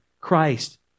Christ